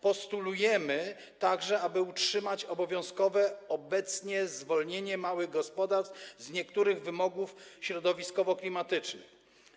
Postulujemy także, aby utrzymać obowiązkowe zwolnienie małych gospodarstw z niektórych wymogów środowiskowo-klimatycznych.